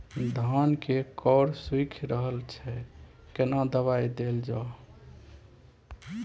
धान के कॉर सुइख रहल छैय केना दवाई देल जाऊ?